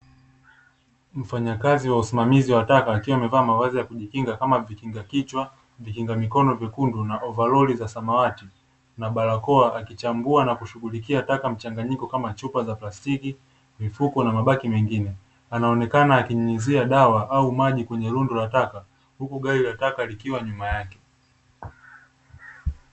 Mfanyakazi wa usimamizi wa taka akiwa amevaa mavazi ya kujikinga kama: vikinga kichwa, vikinga mikono vyekundu, na ovalori za samawati, na barakoa, akichambua na kushughulikia taka mchanganyiko kama: chupa za plastiki, mifuko, na mabaki mengine, anaonekana akinyunyizia dawa au maji kwenye rundo lataka huku gari la taka likiwa nyuma yake.